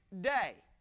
day